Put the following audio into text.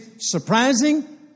surprising